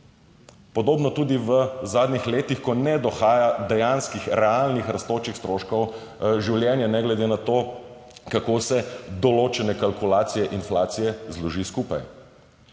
podobno tudi v zadnjih letih, ko ne dohaja dejanskih realnih rastočih stroškov življenja ne glede na to, kako se določene kalkulacije inflacije zloži skupaj.